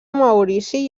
maurici